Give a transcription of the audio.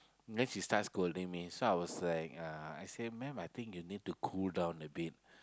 then she start scolding me so I was like uh I said ma'am I think you need to cool down a bit